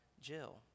Jill